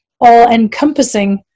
all-encompassing